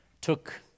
took